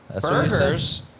Burgers